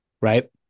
right